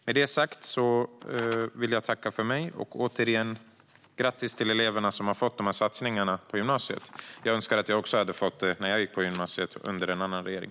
Med det sagt vill jag tacka för mig och säga grattis till eleverna, som har fått dessa satsningar på gymnasiet. Jag önskar att jag hade fått detta när jag gick på gymnasiet, under en annan regering.